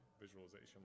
visualization